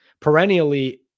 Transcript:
perennially